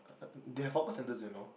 they have hawker centres you know